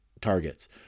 targets